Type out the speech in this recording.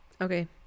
Okay